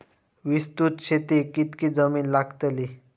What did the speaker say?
विस्तृत शेतीक कितकी जमीन लागतली?